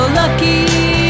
lucky